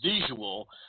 visual